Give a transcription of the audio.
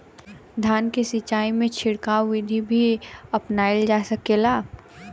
धान के सिचाई में छिड़काव बिधि भी अपनाइल जा सकेला?